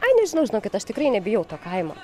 ai nežinau žinokit aš tikrai nebijau to kaimo